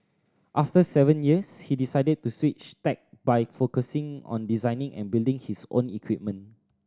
after seven years he decided to switch tack by focusing on designing and building his own equipment